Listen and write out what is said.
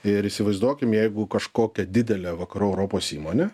ir įsivaizduokim jeigu kažkokią didelę vakarų europos įmonę